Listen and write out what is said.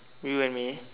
you and me